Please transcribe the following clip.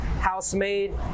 house-made